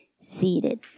seated